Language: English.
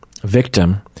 victim